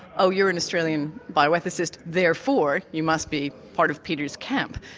oh, you're an australian bioethicist, therefore you must be part of peter's camp'.